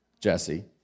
Jesse